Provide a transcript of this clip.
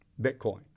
Bitcoin